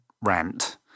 rant